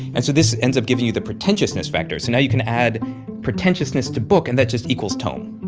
and so this ends up giving you the pretentiousness factor. so now you can add pretentiousness to book, and that just equals tome.